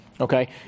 Okay